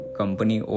company